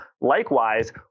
Likewise